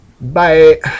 Bye